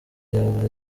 yaba